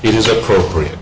is appropriate